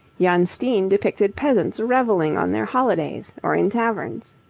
jan steen depicted peasants revelling on their holidays or in taverns.